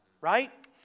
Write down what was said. Right